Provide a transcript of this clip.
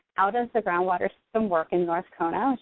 how does the groundwater system work in north kona,